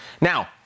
Now